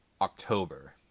October